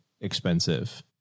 expensive